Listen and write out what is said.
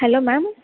hello ma'am